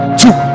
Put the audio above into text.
two